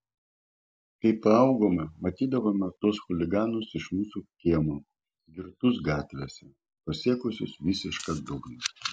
kai paaugome matydavome tuos chuliganus iš mūsų kiemo girtus gatvėse pasiekusius visišką dugną